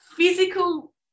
Physical